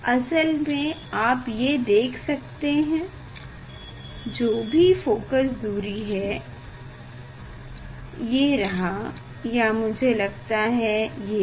असल में आप ये देख सकते हैं जो भी फोकस दूरी है ये रहा या मुझे लगता है ये भी